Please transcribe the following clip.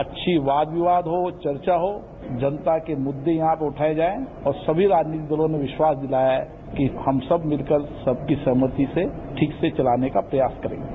अच्छी वाद विवाद हो चर्चा हो जनता के मुद्दे यहां पर उठाए जाएं और सभी राजनीतिक दलों ने विश्वास दिलाया है कि हम सब मिलकर सबकी सहमति से ठीक से चलाने का प्रयास करेंगे